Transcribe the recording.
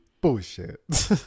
Bullshit